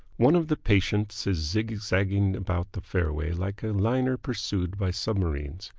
one of the patients is zigzagging about the fairway like a liner pursued by submarines.